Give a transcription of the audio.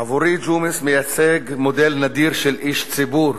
עבורי ג'ומס מייצג מודל נדיר של איש ציבור,